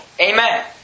Amen